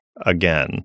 again